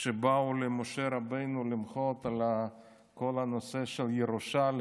שבאו למשה רבנו למחות על כל הנושא של הירושה.